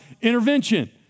intervention